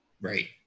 Right